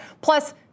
Plus